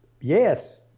yes